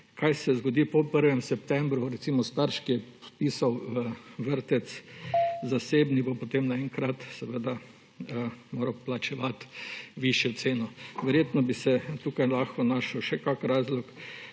kaj se zgodi po 1. septembru. Recimo, starš, ki je vpisal v zasebni vrtec, bo potem naenkrat moral plačevati višjo ceno. Verjetno bi se tukaj lahko našlo še kak razlog,